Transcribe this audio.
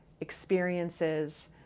experiences